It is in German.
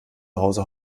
hause